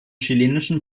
chilenischen